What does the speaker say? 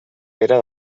pere